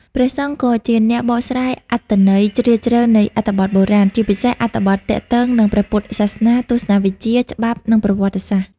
ព្រះសង្ឃក៏ជាអ្នកបកស្រាយអត្ថន័យជ្រាលជ្រៅនៃអត្ថបទបុរាណ ជាពិសេសអត្ថបទទាក់ទងនឹងព្រះពុទ្ធសាសនា ទស្សនវិជ្ជា ច្បាប់ និងប្រវត្តិសាស្ត្រ។